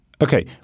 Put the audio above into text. Okay